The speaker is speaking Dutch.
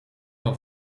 van